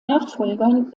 nachfolgern